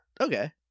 Okay